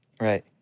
Right